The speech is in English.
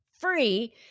free